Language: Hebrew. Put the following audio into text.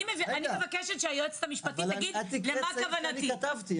אני מבקשת שהיועצת המשפטית תגיד למה כוונתי.